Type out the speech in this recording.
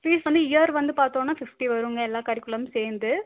fees வந்து year வந்து பார்த்தோன்னா ஃபிஃப்டி வரும்ங்க எல்லா கரிகுலமும் சேர்ந்து